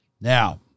Now